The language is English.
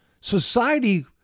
society